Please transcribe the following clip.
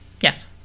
yes